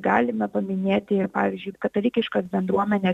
galime paminėti ir pavyzdžiui katalikiškas bendruomenes